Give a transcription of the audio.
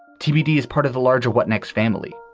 tbd is part of the larger what next family.